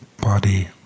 body